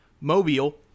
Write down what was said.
Mobile